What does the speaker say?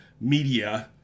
media